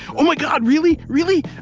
oh my god, really? really?